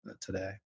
today